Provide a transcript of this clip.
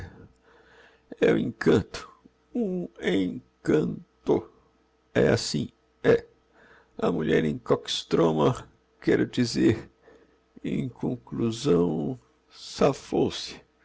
é um encanto um en can to é assim é a mulher em koxtroma quero dizer em conclusão safou se